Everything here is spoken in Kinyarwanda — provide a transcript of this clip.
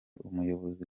umuyobozi